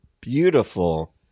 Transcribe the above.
beautiful